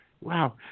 Wow